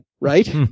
Right